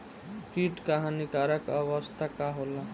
कीट क हानिकारक अवस्था का होला?